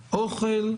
אוכל.